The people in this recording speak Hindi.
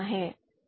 पर चलते हैं